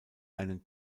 einen